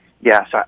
yes